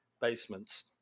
basements